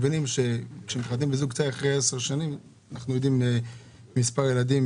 זוג צעיר אחרי 10 שנים אנחנו יודעים מספר ילדים,